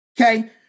Okay